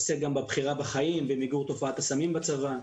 עוסק גם בבחירה בחיים ומיגור תופעת הסמים בצבא.